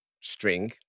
string